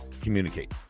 communicate